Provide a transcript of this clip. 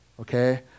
okay